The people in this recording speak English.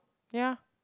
ya